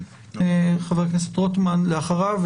חבר הכנסת רוטמן אחריו,